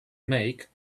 make